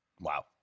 Wow